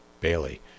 Bailey